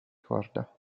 corda